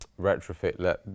retrofit